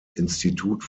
institut